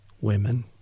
women